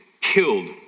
killed